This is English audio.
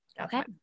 Okay